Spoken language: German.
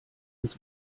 ins